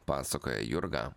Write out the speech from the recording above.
pasakoja jurga